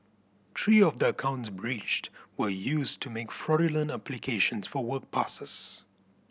three of the accounts breached were used to make fraudulent applications for work passes